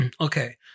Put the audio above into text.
Okay